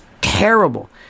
terrible